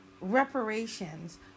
reparations